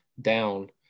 down